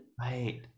Right